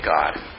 God